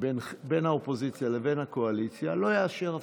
בין האופוזיציה לבין הקואליציה, לא אאשר הפסקה.